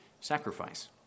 sacrifice